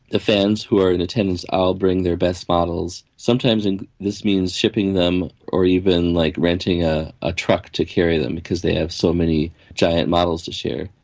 the fans who are in attendance all bring their best models, sometimes this means shipping them or even like renting ah a truck to carry them because they have so many giant models to share.